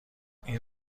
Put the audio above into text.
این